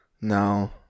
No